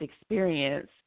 experience